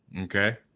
Okay